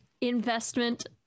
investment